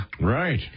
right